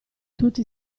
tutti